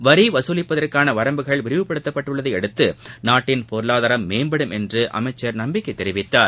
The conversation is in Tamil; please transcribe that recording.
வரி வசூலிப்பதற்னன வரம்புகள் விரிவுபடுத்தப்பட்டுள்ளதையடுத்து நாட்டின் பொருளாதாரம் மேம்படும் என்று அமைச்சர் நம்பிக்கை தெரிவித்தார்